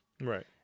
Right